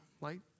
light